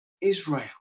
israel